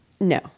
No